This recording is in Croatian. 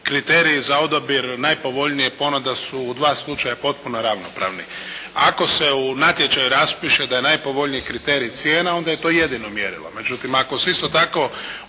Kriteriji za odabir najpovoljnije ponude su u dva slučaja potpuno ravnopravni. Ako se u natječaju raspiše da je najpovoljniji kriterij cijena onda je to jedino mjerilo.